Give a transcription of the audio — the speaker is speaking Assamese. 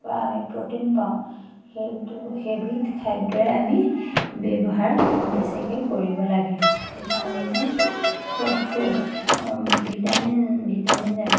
বা আমি প্ৰ'টিন পাওঁ সেইটো সেইবিধ খাদ্যই আমি ব্যৱহাৰ বেছিকৈ কৰিব লাগে সেইকাৰণে চববোৰ ভিটামিন ভিটামিনদায়ক